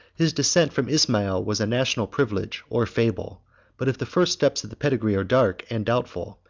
his descent from ismael was a national privilege or fable but if the first steps of the pedigree are dark and doubtful,